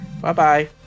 Bye-bye